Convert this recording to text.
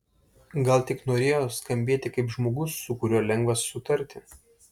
gal tik norėjo skambėti kaip žmogus su kuriuo lengva sutarti